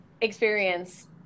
experience